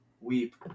Weep